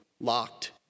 locked